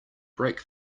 brake